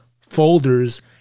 folders